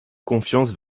confiance